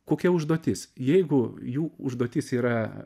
kokia užduotis jeigu jų užduotis yra